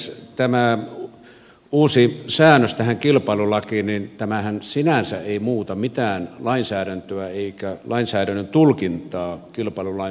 tämä uusi säännös tähän kilpailulakiin niin tämähän sinänsä ei muuta mitään lainsäädäntöä eikä lainsäädännön tulkintaa kilpailulain suhteen